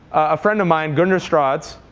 a friend of mine, gundar strads,